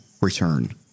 return